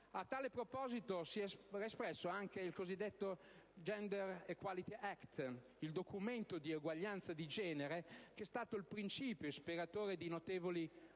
A tale proposito si è espresso anche il cosiddetto Gender Equality Act, il documento di eguaglianza di genere che è stato il principio ispiratore di notevoli mutamenti